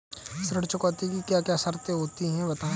ऋण चुकौती की क्या क्या शर्तें होती हैं बताएँ?